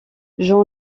jean